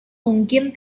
mungkin